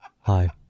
Hi